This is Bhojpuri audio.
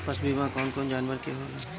पशु बीमा कौन कौन जानवर के होला?